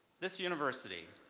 this university,